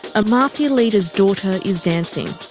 a mafia leader's daughter is dancing.